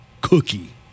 Cookie